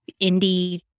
indie